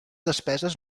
despeses